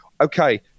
okay